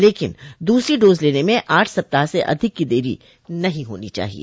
लेकिन दूसरी डोज लेने में आठ सप्ताह से अधिक की देरी नहीं होनी चाहिए